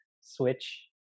switch